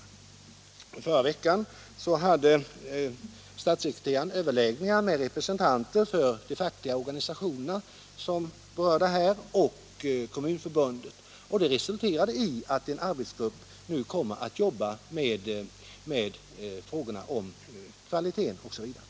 I förra veckan hade statssekreteraren en överläggning med representanter för de fackliga organisationer som är berörda här samt med Kommunförbundet, och den resulterade i att en arbetsgrupp nu kommmer att jobba med frågorna om kvaliteten osv.